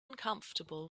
uncomfortable